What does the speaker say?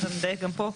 גם פה,